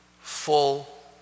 full